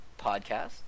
podcast